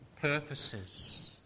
purposes